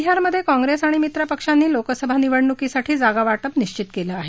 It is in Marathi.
बिहारमधे काँग्रेस आणि मित्रपक्षांनी लोकसभा निवडणुकीसाठी जागावाटप निश्चित केलं आहे